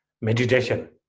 meditation